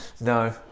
no